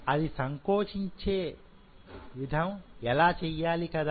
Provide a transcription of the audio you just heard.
అది సంకోచించే ఎలా చెయ్యాలి కదా